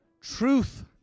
truth